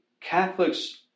Catholics